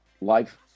life